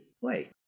play